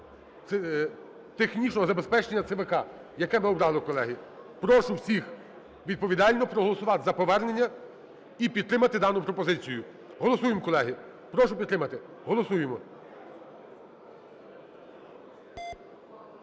технічного забезпечення ЦВК, яке ми обрали, колеги. Прошу всіх відповідально проголосувати за повернення і підтримати дану пропозицію. Голосуємо, колеги. Прошу підтримати. Голосуємо.